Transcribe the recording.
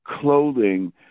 clothing